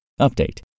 Update